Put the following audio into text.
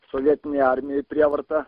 sovietinėj armijoj prievarta